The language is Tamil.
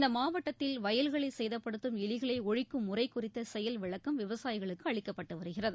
இந்த மாவட்டத்தில் வயல்களை சேதப்படுத்தும் எலிகளை ஒழிக்கும் முறை குறித்த செயல்விளக்கம் விவசாயிகளுக்கு அளிக்கப்பட்டு வருகிறது